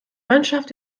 mannschaft